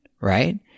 right